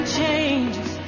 changes